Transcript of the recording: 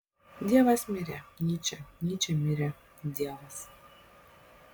dievas mirė nyčė nyčė mirė dievas